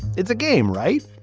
it's a game right.